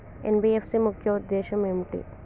NBFC ముఖ్య ఉద్దేశం ఏంటి?